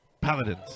paladins